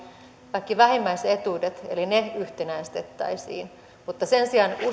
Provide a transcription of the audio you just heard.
kaikki vähimmäisetuudet eli ne yhtenäistettäisiin mutta sen sijaan